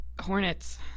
Hornets